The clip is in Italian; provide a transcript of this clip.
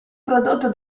prodotto